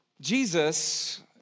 Jesus